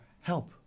help